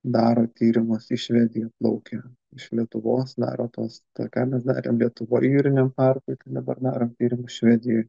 daro tyrimus į švediją plaukia iš lietuvos daro tuos tą ką mes darėm lietuvoj jūriniam parkui dabar darom tyrimus švedijoj